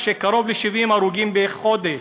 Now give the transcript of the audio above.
שזה אומר שקרוב ל-70 הרוגים בחודש,